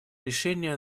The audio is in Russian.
решение